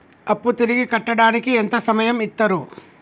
అప్పు తిరిగి కట్టడానికి ఎంత సమయం ఇత్తరు?